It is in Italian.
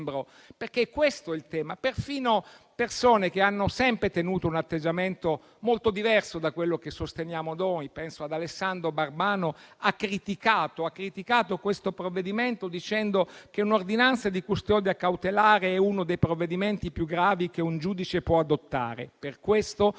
perché è questo il tema. Perfino persone che hanno sempre tenuto un atteggiamento molto diverso da quello che sosteniamo noi - penso ad Alessandro Barbano - hanno criticato questo provvedimento dicendo che un'ordinanza di custodia cautelare è uno dei provvedimenti più gravi che un giudice può adottare e per questo